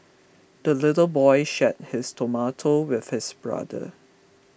the little boy shared his tomato with his brother